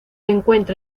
encuentra